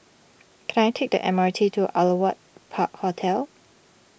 can I take the M R T to Aliwal Park Hotel